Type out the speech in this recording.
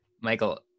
michael